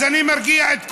אז אני מרגיע את כולם: